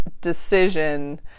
decision